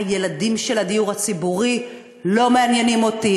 הילדים של הדיור הציבורי לא מעניינים אותי.